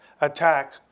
attack